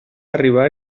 arribar